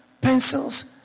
pencils